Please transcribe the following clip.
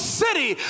city